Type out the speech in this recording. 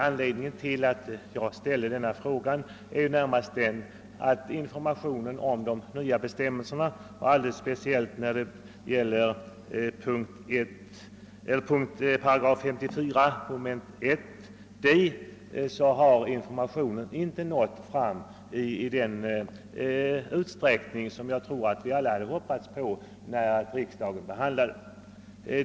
Anledningen till att jag ställde min fråga var närmast den, att informationen om de nya bestämmelserna, speciellt då det gäller 54 § 1 mom. d, inte har nått fram i den utsträckning som jag tror att vi alla hoppades på när riksdagen behandlade frågan.